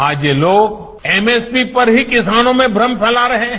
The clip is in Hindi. आज ये लोग एमएसपी पर ही किसानों में भ्रम फैला रहे हैं